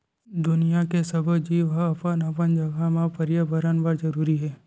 दुनिया के सब्बो जीव ह अपन अपन जघा म परयाबरन बर जरूरी हे